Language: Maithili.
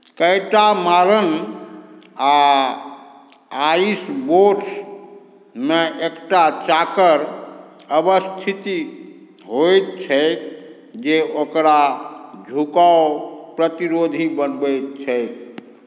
कैटामारन आ आइसबोट्समे एकटा चाकर अवस्थिति होइत छैक जे ओकरा झुकाव प्रतिरोधी बनबैत छैक